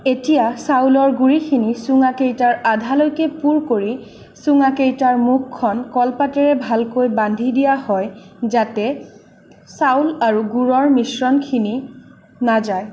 এতিয়া চাউলৰ গুৰিখিনি চুঙাকেইটাৰ আধালৈকে পুৰ কৰি চুঙাকেইটাৰ মুখখন কলপাতেৰে ভালকৈ বান্ধি দিয়া হয় যাতে চাউল আৰু গুড়ৰ মিশ্ৰণখিনি নাযায়